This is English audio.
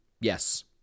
Yes